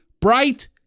bright